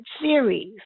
series